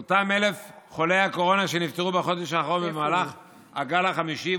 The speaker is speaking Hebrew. על אותם 1,000 חולי הקורונה שנפטרו בחודש האחרון במהלך הגל החמישי,